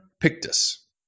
Pictus